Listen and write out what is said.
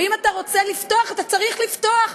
ואם אתה רוצה לפתוח אתה צריך לפתוח?